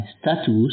status